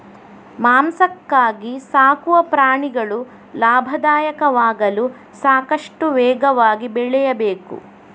ಮಾಂಸಕ್ಕಾಗಿ ಸಾಕುವ ಪ್ರಾಣಿಗಳು ಲಾಭದಾಯಕವಾಗಲು ಸಾಕಷ್ಟು ವೇಗವಾಗಿ ಬೆಳೆಯಬೇಕು